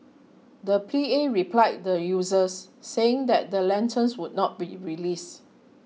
the P A replied the users saying that the lanterns would not be released